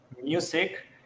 music